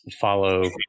follow